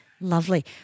Lovely